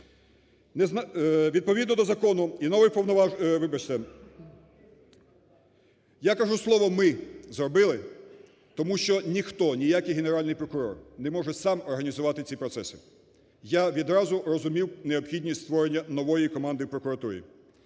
повноважень… Вибачте. Я кажу слово "ми" зробили, тому що ніхто, ніякий Генеральний прокурор не може сам організувати ці процеси. Я відразу розумів необхідність створення нової команди в прокуратурі.